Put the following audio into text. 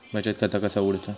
बचत खाता कसा उघडूचा?